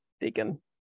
Deacon